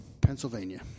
Pennsylvania